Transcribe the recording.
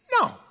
no